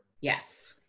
Yes